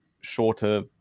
shorter